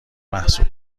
محسوب